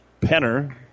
Penner